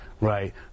right